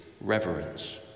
reverence